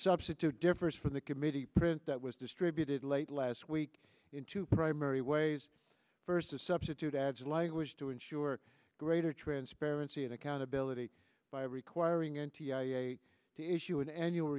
substitute differs from the committee print that was distributed late last week in two primary ways first to substitute ads language to ensure greater transparency and accountability by requiring n t i a to issue an annual